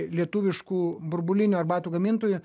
lietuviškų burbulinių arbatų gamintojų